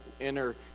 enter